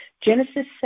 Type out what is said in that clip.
Genesis